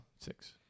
Six